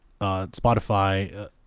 Spotify